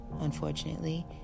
Unfortunately